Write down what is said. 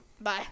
bye